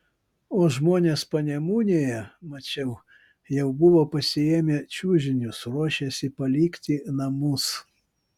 o žmonės panemunėje mačiau jau buvo pasiėmę čiužinius ruošėsi palikti namus